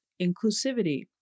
inclusivity